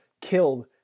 killed